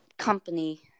company